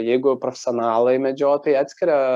jeigu profesionalai medžiotojai atskiria